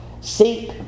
Seek